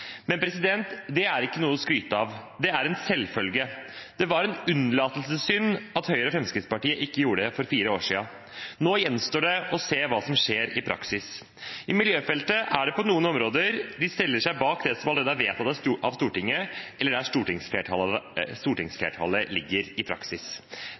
Men det er ikke noe å skryte av. Det er en selvfølge. Det var en unnlatelsessynd at Høyre og Fremskrittspartiet ikke gjorde det for fire år siden. Nå gjenstår det å se hva som skjer i praksis. På miljøfeltet stiller de seg på noen områder bak det som allerede er vedtatt av Stortinget, eller der stortingsflertallet ligger i praksis.